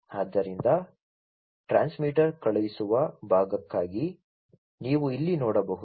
ಆದ್ದರಿಂದ ಟ್ರಾನ್ಸ್ಮಿಟರ್ ಕಳುಹಿಸುವ ಭಾಗಕ್ಕಾಗಿ ನೀವು ಇಲ್ಲಿ ನೋಡಬಹುದು